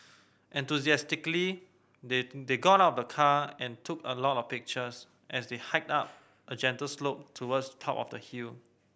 enthusiastically they they got out of the car and took a lot of pictures as they hiked up a gentle slope towards top of the hill